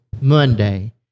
Monday